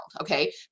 okay